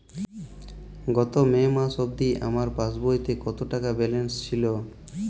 গত মে মাস অবধি আমার পাসবইতে কত টাকা ব্যালেন্স ছিল?